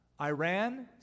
Iran